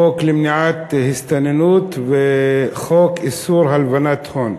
חוק למניעת הסתננות וחוק איסור הלבנת הון.